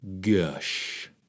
Gush